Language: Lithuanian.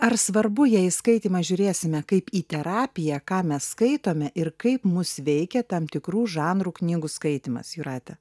ar svarbu jei į skaitymą žiūrėsime kaip į terapiją ką mes skaitome ir kaip mus veikia tam tikrų žanrų knygų skaitymas jūrate